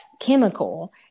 chemical